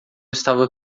estava